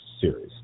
series